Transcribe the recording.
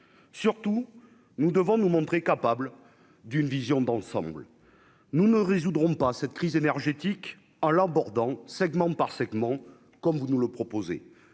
surtout, nous devons nous montrer capables d'une vision d'ensemble nous ne résoudrons pas cette crise énergétique en l'abordant segments par segments, comme vous nous le proposez